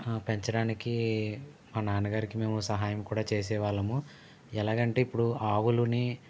పెంచడానికి మా నాన్నగారికి మేము సహాయం కూడా చేసేవాళ్ళం ఎలాగంటే ఇప్పుడు ఆవులని